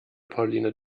pauline